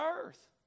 earth